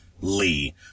Lee